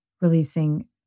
releasing